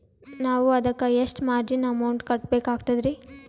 ನಾವು ಅದಕ್ಕ ಎಷ್ಟ ಮಾರ್ಜಿನ ಅಮೌಂಟ್ ಕಟ್ಟಬಕಾಗ್ತದ್ರಿ?